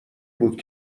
بود